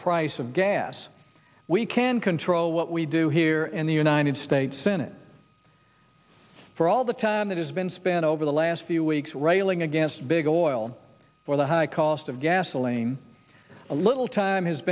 price of gas we can control what we do here in the united states senate for all the time that has been spent over the last few weeks railing against big oil for the high cost of gasoline a little time has